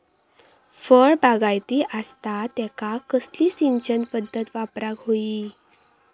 फळबागायती असता त्यांका कसली सिंचन पदधत वापराक होई?